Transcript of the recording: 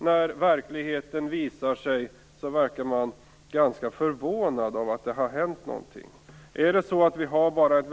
När verkligheten sedan visar sig verkar man ganska förvånad över att det har hänt någonting.